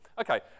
Okay